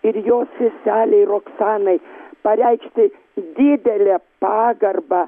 ir jos seselei roksanai pareikšti didelę pagarbą